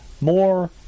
more